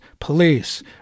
police